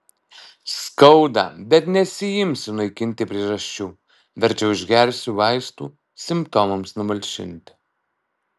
skauda bet nesiimsiu naikinti priežasčių verčiau išgersiu vaistų simptomams numalšinti